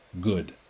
good